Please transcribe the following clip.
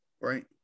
right